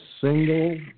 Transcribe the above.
single